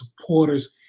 supporters